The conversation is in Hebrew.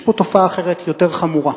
יש פה תופעה אחרת, יותר חמורה: